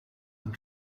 and